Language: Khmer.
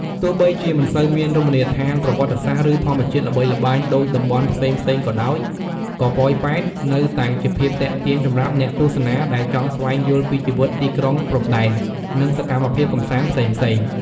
ទោះបីជាមិនសូវមានរមណីយដ្ឋានប្រវត្តិសាស្ត្រ ឬធម្មជាតិល្បីល្បាញដូចតំបន់ផ្សេងៗក៏ដោយ ក៏ប៉ោយប៉ែតនៅតែមានភាពទាក់ទាញសម្រាប់អ្នកទស្សនាដែលចង់ស្វែងយល់ពីជីវិតទីក្រុងព្រំដែន និងសកម្មភាពកម្សាន្តផ្សេងៗ។